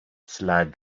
slide